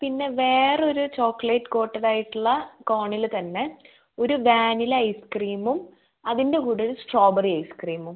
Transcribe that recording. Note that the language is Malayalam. പിന്നെ വേറൊരു ചോക്ലേറ്റ് കോട്ടഡായിട്ടുള്ള കോണില് തന്നെ ഒരു വാനില ഐസ്ക്രീമും അതിൻ്റെ കൂടെയൊരു സ്ട്രോബെറി ഐസ്ക്രീമും